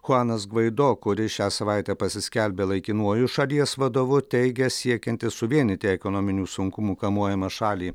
chuanas gvaido kuris šią savaitę pasiskelbė laikinuoju šalies vadovu teigia siekiantis suvienyti ekonominių sunkumų kamuojamą šalį